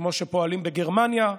כמו שפועלים בגרמניה,